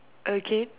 again